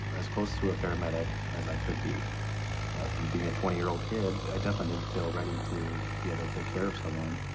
as close to a paramedic as i could be. but and being a twenty year old kid, i definitely didn't feel ready to be able to take care of someone,